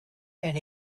and